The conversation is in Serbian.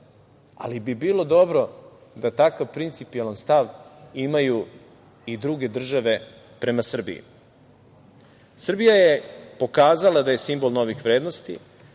ali bi bilo dobro da takav principijelan stav imaju i druge države prema Srbiji. Srbija je pokazala da je simbol novih vrednosti,